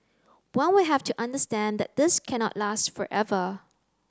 one will have to understand that this cannot last forever